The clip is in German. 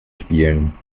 spielen